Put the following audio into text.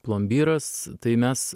plombyras tai mes